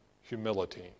humility